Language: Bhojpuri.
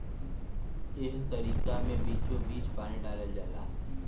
एह तरीका मे बीचोबीच पानी डालल जाला